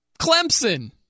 Clemson